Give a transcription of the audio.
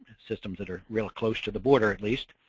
systems that are real close to the boarder at least.